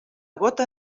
gota